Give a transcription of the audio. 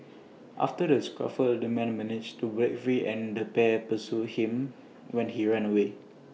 after the scuffle the man managed to break free and the pair pursued him when he ran away